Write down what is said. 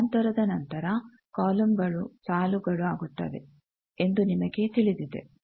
ಸ್ಥಳಾಂತರದ ನಂತರ ಕಾಲಮ್ಗಳು ಸಾಲುಗಳು ಆಗುತ್ತವೆ ಎಂದು ನಿಮಗೆ ತಿಳಿದಿದೆ